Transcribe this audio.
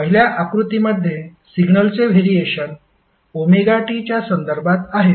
पहिल्या आकृतीमध्ये सिग्नलचे व्हेरिएशन ωt च्या संदर्भात आहेत